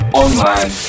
online